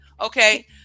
Okay